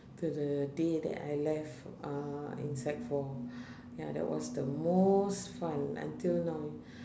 the the day that I left uh in sec four ya that was the most fun until now